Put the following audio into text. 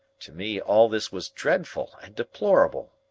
to me all this was dreadful and deplorable.